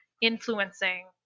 influencing